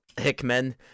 Hickman